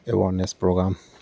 awareness program